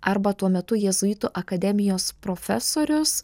arba tuo metu jėzuitų akademijos profesorius